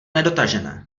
nedotažené